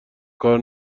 کار